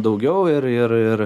daugiau ir ir ir